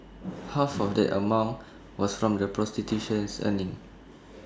half of that amount was from the prostitutions earnings